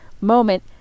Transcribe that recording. moment